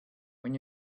when